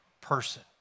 person